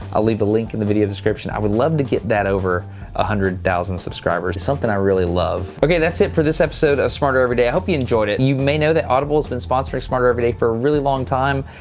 i'll leave the link in the video description i would love to get that over a hundred thousand subscribers. it's something i really love. ok that's it for this episode of smarter every day. i hope you enjoyed it. and you may know that audible's been sponsoring smarter every day for a really long time.